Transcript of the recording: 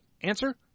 Answer